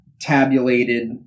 tabulated